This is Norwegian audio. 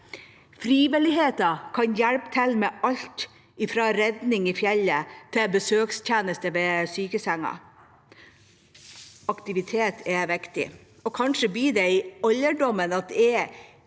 Frivilligheten kan hjelpe til med alt fra redning i fjellet til besøkstjeneste ved sykesenga. Aktivitet er viktig, og kanskje blir det i alderdommen at jeg